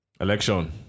Election